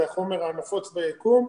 זה החומר הנפוץ ביקום,